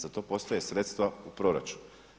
Za to postoje sredstva u proračunu.